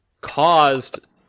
caused